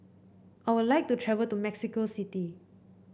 I would like to travel to Mexico City